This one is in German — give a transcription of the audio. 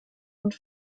und